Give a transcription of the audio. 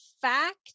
fact